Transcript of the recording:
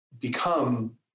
become